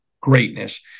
greatness